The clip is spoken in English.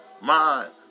Mind